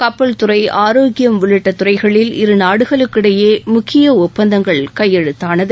கப்பல் துறை ஆரோக்கியம் உள்ளிட்ட துறைகளில் இருநாடுகளுக்கிடையே முக்கிய ஒப்பந்தம் கையெழுத்தானது